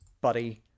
buddy